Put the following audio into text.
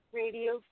radio